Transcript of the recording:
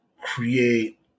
create